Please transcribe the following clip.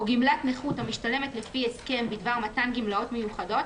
או גמלת נכות לעולה המשתלמת לפי ההסכם בדבר מתן גמלאות מיוחדות